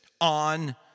on